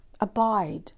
Abide